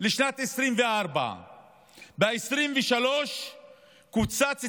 לשנת 2024. ב-2023 קוצצו